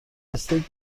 استیک